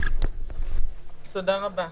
תודה רבה.